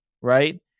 right